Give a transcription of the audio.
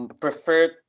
preferred